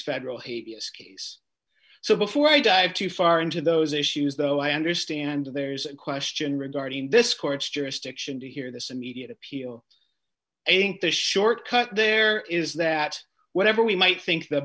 federal hate us case so before i dive too far into those issues though i understand there's a question regarding this court's jurisdiction to hear this immediate appeal ain't the short cut there is that whatever we might think the